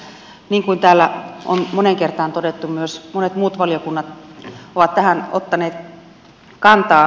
niin kuin täällä on moneen kertaan todettu myös monet muut valiokunnat ovat tähän ottaneet kantaa